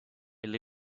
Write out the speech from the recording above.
will